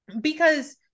Because-